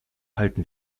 halten